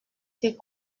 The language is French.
s’est